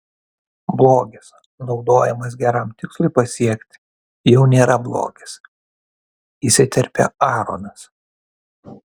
blogis naudojamas geram tikslui pasiekti jau nėra blogis įsiterpė aaronas